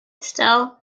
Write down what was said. still